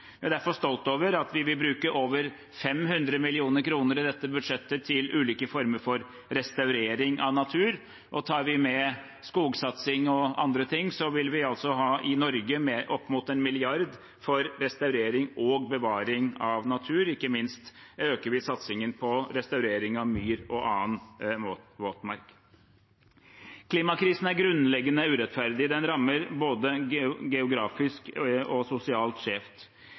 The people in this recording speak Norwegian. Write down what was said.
er derfor stolt av at vi vil bruke over 500 mill. kr i dette budsjettet til ulike former for restaurering av natur, og tar vi med skogsatsing og andre ting, vil vi i Norge ha opp mot 1 mrd. kr til restaurering og bevaring av natur. Ikke minst øker vi satsingen på restaurering av myr og annen våtmark. Klimakrisen er grunnleggende urettferdig, den rammer både geografisk og sosialt